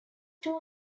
two